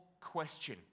question